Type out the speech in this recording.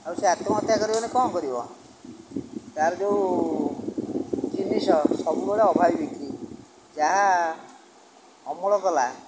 ଆଉ ସେ ଆତ୍ମହତ୍ୟା କରିବନି କ'ଣ କରିବ ତା'ର ଯେଉଁ ଜିନିଷ ସବୁବେଳେ ଅଭାବି ବିକ୍ରୀ ଯାହା ଅମଳ କଲା